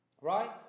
Right